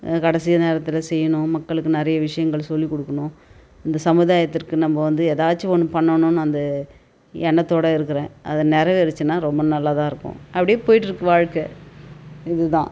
கடைசி நேரத்தில் செய்யணும் மக்களுக்கு நிறைய விஷயங்கள் சொல்லிக் கொடுக்குணும் இந்த சமுதாயத்திற்கு நம்ம வந்து எதாச்சும் ஒன்று பண்ணணும்னு அந்த எண்ணத்தோடு இருக்கிறேன் அது நெறைவேறுச்சுன்னா ரொம்ப நல்லதாக இருக்கும் அப்படியே போயிட்டு இருக்குது வாழ்க்க இது தான்